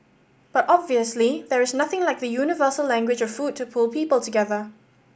but obviously there is nothing like the universal language of food to pull people together